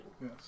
yes